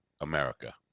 America